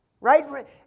Right